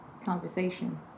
Conversation